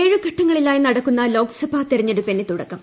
ഏഴു ഘട്ടങ്ങളായി നടക്കുന്ന ലോക്സഭാ തിരഞ്ഞെടുപ്പിന് തുടക്കം